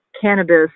cannabis